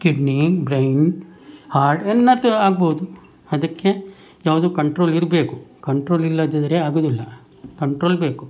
kidney brain heart ಎಲ್ಲದೂ ಆಗ್ಬೋದು ಅದಕ್ಕೆ ಯಾವುದು ಕಂಟ್ರೋಲ್ ಇರಬೇಕು ಕಂಟ್ರೋಲ್ ಇಲ್ಲದಿದ್ದರೆ ಆಗೋದಿಲ್ಲ ಕಂಟ್ರೋಲ್ ಬೇಕು